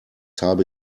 habe